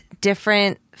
different